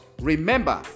remember